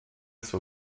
zur